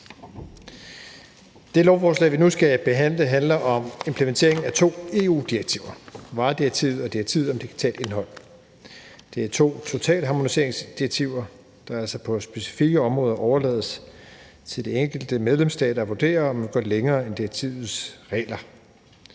Det lovforslag, vi nu skal behandle, handler om implementering af to EU-direktiver: varedirektivet og direktivet om digitalt indhold. Det er to totalharmoniseringsdirektiver, der altså på specifikke områder overlader det til de enkelte medlemsstater at vurdere, om man vil gå længere end direktivets regler.